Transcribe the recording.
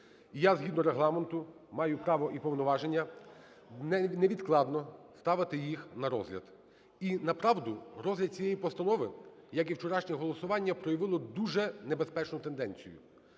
я, згідно Регламенту, маю право і повноваження невідкладно ставити їх на розгляд. І, направду, розгляд цієї постанови, як і вчорашнього голосування, проявило дуже небезпечну тенденцію.